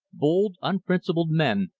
bold, unprincipled men,